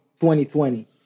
2020